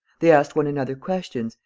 they asked one another questions,